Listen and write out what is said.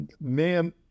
man